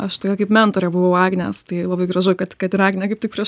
aš tokia kaip mentorė buvau agnės tai labai gražu kad kad ir agnė kaip tik prieš